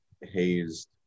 hazed